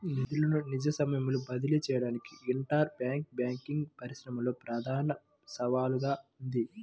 నిధులను నిజ సమయంలో బదిలీ చేయడానికి ఇంటర్ బ్యాంక్ బ్యాంకింగ్ పరిశ్రమలో ప్రధాన సవాలుగా ఉంది